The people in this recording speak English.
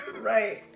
Right